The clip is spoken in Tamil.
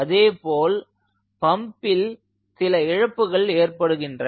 அதேபோல் பம்பில் சில இழப்புகள் ஏற்படுகின்றன